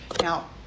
Now